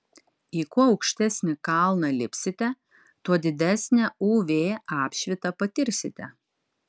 į kuo aukštesnį kalną lipsite tuo didesnę uv apšvitą patirsite